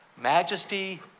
majesty